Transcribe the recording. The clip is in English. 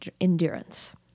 endurance